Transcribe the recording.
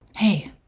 Hey